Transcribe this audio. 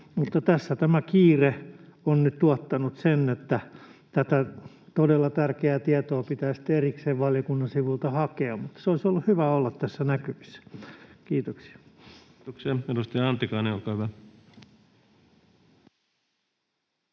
tässä tämä kiire on nyt tuottanut sen, että tätä todella tärkeää tietoa pitää sitten erikseen valiokunnan sivuilta hakea, mutta se olisi ollut hyvä olla tässä näkyvissä. — Kiitoksia. [Speech 69] Speaker: Ensimmäinen varapuhemies